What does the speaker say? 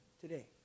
today